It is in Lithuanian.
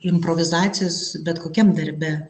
improvizacijos bet kokiam darbe